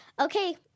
okay